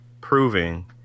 proving